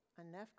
enough